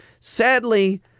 Sadly